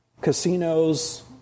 casinos